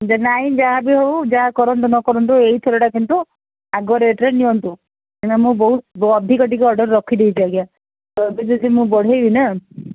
ଯେ ନାଇଁ ଯାହା ବି ହେଉ ଯାହା କରନ୍ତୁ ନ କରନ୍ତୁ ଏଇ ଥରଟା କିନ୍ତୁ ଆଗ ରେଟ୍ରେ ନିଅନ୍ତୁ କାହିଁକି ନା ମୋ ଅଧିକ ଟିକେ ଅର୍ଡର୍ ରଖିଦେଇଛି ଆଜ୍ଞା ତ ଏବେ ଯଦି ମୁଁ ବଢ଼େଇବି ନା